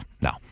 No